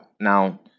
Now